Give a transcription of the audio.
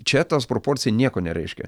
čia ta proporcija nieko nereiškia